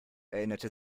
erinnerte